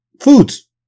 foods